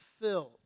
filled